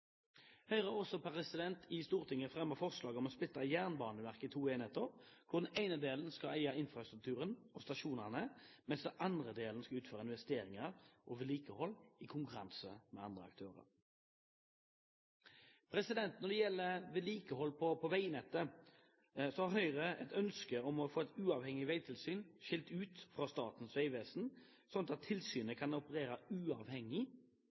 Høyre har også i Stortinget fremmet forslag om å splitte Jernbaneverket i to enheter, hvor den ene delen skal eie infrastrukturen og stasjonene, mens den andre delen skal utføre investeringer og vedlikehold i konkurranse med andre aktører. Når det gjelder vedlikehold av veinettet, har Høyre et ønske om å få et uavhengig veitilsyn, skilt ut fra Statens vegvesen, slik at tilsynet kan operere uavhengig,